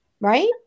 Right